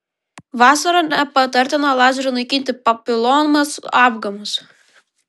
vasarą nepatartina lazeriu naikinti papilomas apgamus